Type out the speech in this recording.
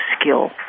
skill